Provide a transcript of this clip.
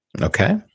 Okay